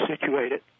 situated